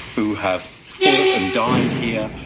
who have fought and died here,